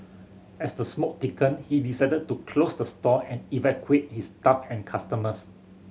as the smoke thickened he decided to close the store and evacuate his staff and customers